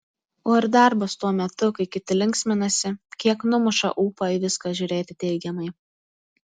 o ir darbas tuo metu kai kiti linksminasi kiek numuša ūpą į viską žiūrėti teigiamai